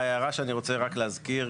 ההערה שאני רוצה רק להזכיר.